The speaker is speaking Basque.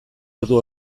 ordu